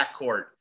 backcourt